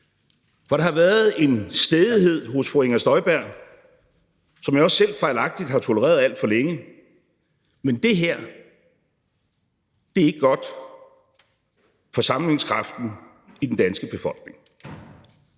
For der har været en stædighed hos fru Inger Støjberg, som jeg også selv fejlagtigt har tolereret alt for længe, men det her er ikke godt for sammenhængskraften i den danske befolkning.